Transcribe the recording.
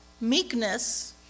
meekness